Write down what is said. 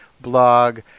blog